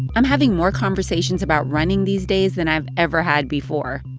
i'm having more conversations about running these days than i've ever had before.